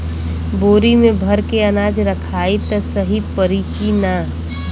बोरी में भर के अनाज रखायी त सही परी की ना?